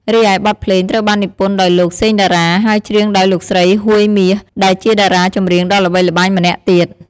រីឯបទភ្លេងត្រូវបាននិពន្ធដោយលោក សេង តារា ហើយច្រៀងដោយលោកស្រី ហួយ មាស ដែលជាតារាចម្រៀងដ៏ល្បីល្បាញម្នាក់ទៀត។